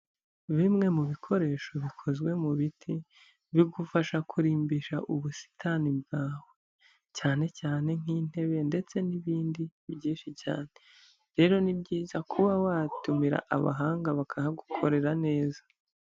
Bimwe mu bikoresho bikozwe mu biti bigufasha kurimbisha ubusitani bwawe, cyane cyane nk'intebe ndetse n'ibindi byinshi cyane, rero ni byiza kuba watumira abahanga bakahagukorera neza.